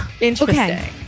Interesting